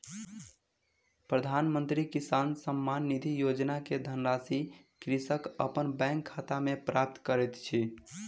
प्रधानमंत्री किसान सम्मान निधि योजना के धनराशि कृषक अपन बैंक खाता में प्राप्त करैत अछि